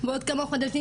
בעוד כמה חודשים,